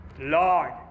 Lord